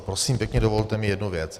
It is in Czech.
Prosím pěkně, dovolte mi jednu věc.